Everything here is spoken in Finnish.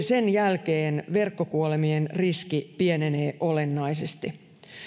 sen jälkeen verkkokuolemien riski pienenee olennaisesti